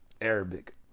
Arabic